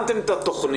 שמתם את התכנית,